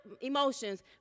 emotions